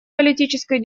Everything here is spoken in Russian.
политической